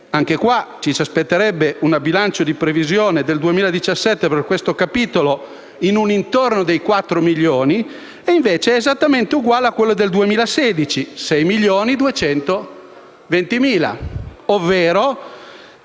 Anche qui ci si aspetterebbe un bilancio di previsione per il 2017 per questo capitolo intorno ai 4 milioni di euro; invece è esattamente uguale a quello del 2016: 6.220.000. Se